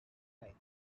fly